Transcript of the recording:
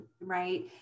right